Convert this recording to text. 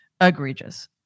egregious